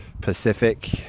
Pacific